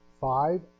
Five